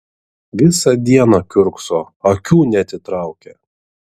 visą dieną kiurkso akių neatitraukia